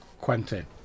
Quentin